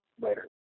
Later